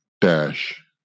dash